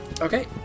Okay